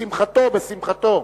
בשמחתו, בשמחתו.